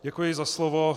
Děkuji za slovo.